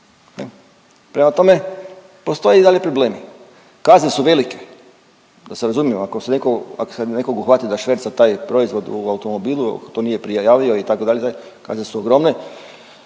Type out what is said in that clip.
Prema tome, postoje i dalje problemi, kazne su velike, da se razumijemo ako se neko, ako se nekog uhvati da šverca taj proizvod u automobili to nije prijavio itd. kazne su ogromne,